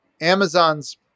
Amazon's